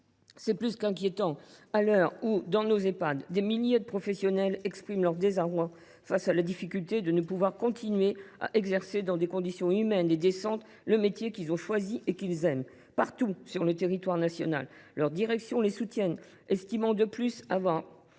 C’est plus qu’inquiétant à l’heure où, dans nos Ehpad, des milliers de professionnels expriment leur désarroi face à l’impossibilité d’exercer dans des conditions humaines et décentes le métier qu’ils ont choisi et qu’ils aiment. Partout sur le territoire national, leurs directions les soutiennent, estimant ne plus avoir